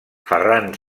ferran